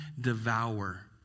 devour